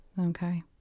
okay